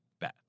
bad